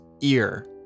ear